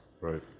Right